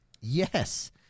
Yes